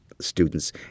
students